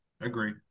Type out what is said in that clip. Agree